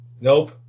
Nope